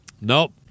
Nope